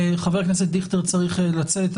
חבר הכנסת דיכטר צריך לצאת,